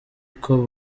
uko